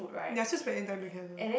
ya just spending time together